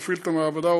המפעיל את המעבדה,